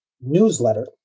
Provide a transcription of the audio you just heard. newsletter